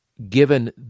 given